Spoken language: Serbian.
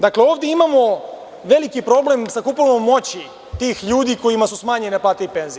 Dakle, ovde imamo veliki problem sa kupovnom moći tih ljudi kojima su smanjene plate i penzije.